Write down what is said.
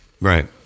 right